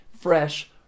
fresh